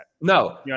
No